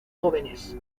jóvenes